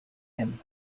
him